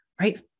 right